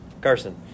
Carson